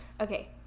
Okay